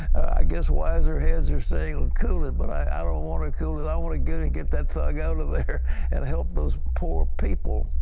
i guess wiser heads are saying cool it. but i don't ah want to cool it i want to get and get that thug out of their and help those poor people.